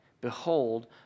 behold